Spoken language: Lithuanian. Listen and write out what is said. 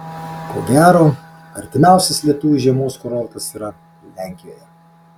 ko gero artimiausias lietuviui žiemos kurortas yra lenkijoje